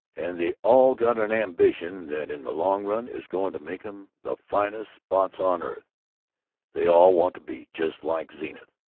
and they all got an ambition that in the long run is going to make em the finest spots on earth they all want to be just like zenith!